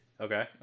Okay